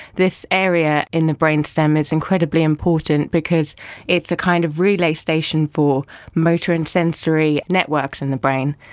this area in the brainstem is incredibly important because it's a kind of relay station for motor and sensory networks in the brain,